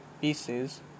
pieces